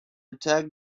attack